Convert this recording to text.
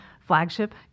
flagship